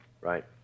Right